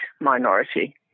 minority